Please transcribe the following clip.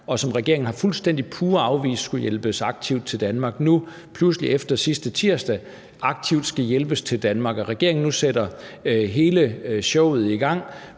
og som regeringen fuldstændig pure har afvist skulle hjælpes aktivt til Danmark, til nu pludselig efter sidste tirsdag at mene, at de aktivt skal hjælpes til Danmark. Regeringen sætter nu hele showet i gang